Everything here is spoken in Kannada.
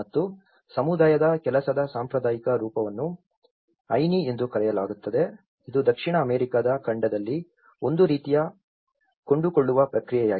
ಮತ್ತು ಸಮುದಾಯದ ಕೆಲಸದ ಸಾಂಪ್ರದಾಯಿಕ ರೂಪವನ್ನು ಅಯ್ನಿ ಎಂದು ಕರೆಯಲಾಗುತ್ತದೆ ಇದು ದಕ್ಷಿಣ ಅಮೆರಿಕಾದ ಖಂಡದಲ್ಲಿ ಒಂದು ರೀತಿಯ ಕೊಡು ಕೊಳ್ಳುವ ಪ್ರಕ್ರಿಯೆಯಾಗಿದೆ